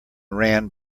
ran